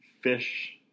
fish